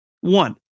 One